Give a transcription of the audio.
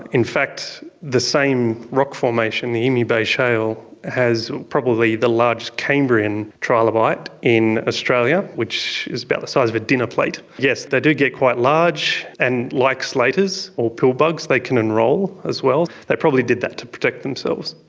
in fact the same rock formation, the emu bay shale, has probably the largest cambrian trilobite in australia, which is about the size of a dinner plate. yes, they do get quite large and, like slaters or pill bugs, they can roll as well. they probably did that to protect themselves.